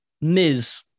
Ms